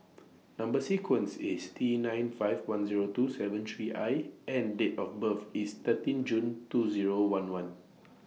Number sequence IS T nine five one Zero two seven three I and Date of birth IS thirteen June two Zero one one